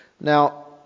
Now